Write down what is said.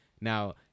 Now